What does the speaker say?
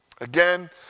Again